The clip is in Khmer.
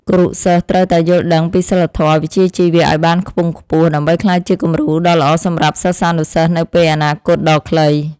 គរុសិស្សត្រូវតែយល់ដឹងពីសីលធម៌វិជ្ជាជីវៈឱ្យបានខ្ពង់ខ្ពស់ដើម្បីក្លាយជាគំរូដ៏ល្អសម្រាប់សិស្សានុសិស្សនៅពេលអនាគតដ៏ខ្លី។